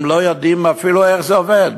הם לא יודעים אפילו איך זה עובד.